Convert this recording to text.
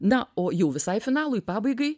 na o jau visai finalui pabaigai